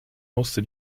musste